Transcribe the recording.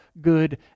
good